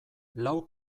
lau